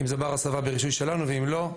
אם זה בר הסבה אז ברישוי שלנו ואם זה לא,